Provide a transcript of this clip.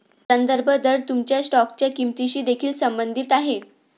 संदर्भ दर तुमच्या स्टॉकच्या किंमतीशी देखील संबंधित आहे